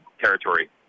territory